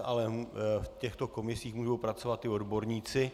Ale v těchto komisích mohou pracovat i odborníci.